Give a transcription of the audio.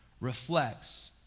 reflects